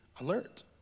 alert